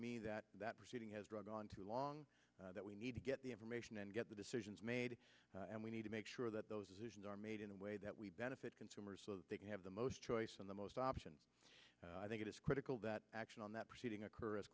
me that that proceeding has drug on too long that we need to get the information and get the decisions made and we need to make sure that those decisions are made in a way that we benefit consumers so that they can have the most choice and the most option i think it is critical that action on that proceeding occur as